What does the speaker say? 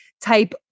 type